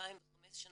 מ-2015